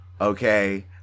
okay